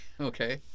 Okay